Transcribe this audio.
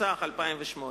התשס"ח 2008,